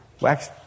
wax